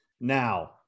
now